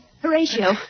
Horatio